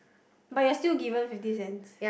but you're still given fifty cents